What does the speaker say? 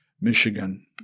Michigan